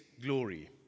glory